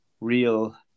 real